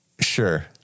Sure